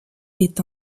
est